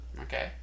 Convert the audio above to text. okay